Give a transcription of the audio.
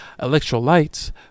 electrolytes